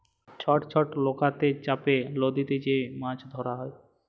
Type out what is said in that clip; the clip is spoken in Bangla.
ছট ছট লকাতে চাপে লদীতে যে মাছ ধরা হ্যয়